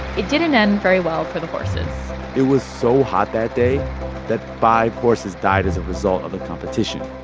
it didn't end very well for the horses it was so hot that day that five horses died as a result of the competition.